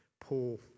Paul